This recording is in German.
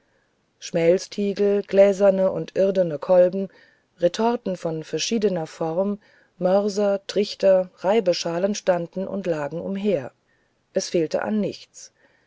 schmelztiegel gläserne und irdene kolben und retorten von verschiedener form mörser trichter reibeschalen standen und lagen umher es fehlte an nichts